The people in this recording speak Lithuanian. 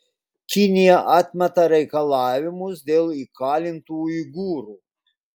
kinija atmeta reikalavimus dėl įkalintų uigūrų